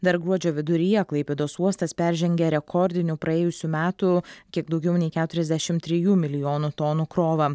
dar gruodžio viduryje klaipėdos uostas peržengė rekordinių praėjusių metų kiek daugiau nei keturiasdešim trijų milijonų tonų krovą